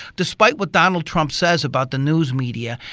despite what donald trump says about the news media,